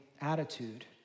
attitude